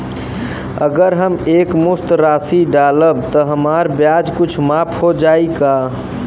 अगर हम एक मुस्त राशी डालब त हमार ब्याज कुछ माफ हो जायी का?